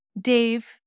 Dave